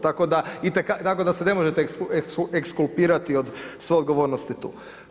Tako da, tako da se ne možete ekskulpirati od svoje odgovornosti tu.